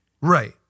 Right